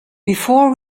before